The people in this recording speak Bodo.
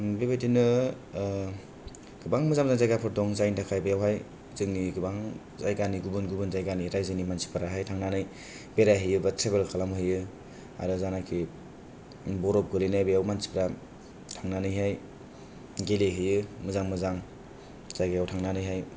बेबायदिनो गोबां मोजां मोजां जायगाफोर दं जायनि थाखाय बेवहाय जोंनि गोबां जायगानि गुबुन गुबुन जायगानि रायजोनि मानसिफोराहाय थांनानै बेराय हैयो बा ट्रेभेल खालामहैयो आरो जानाखि बरफ गोलैनाय बेव मानसिफ्रा थांनानैहाय गेलेहैयो मोजां मोजां जायगायाव थांनानैहाय